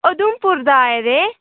उधमपुर दा आए दे